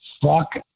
fuck